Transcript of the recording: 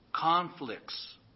conflicts